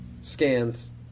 scans